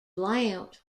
blount